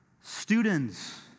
students